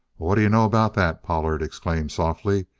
what d'you know about that? pollard exclaimed softly.